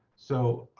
so,